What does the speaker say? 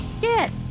Get